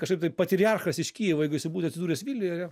kažkaip tai patriarchas iš kijivo jeigu jisai būtų atsidūręs vilniuje